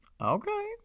Okay